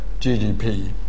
GDP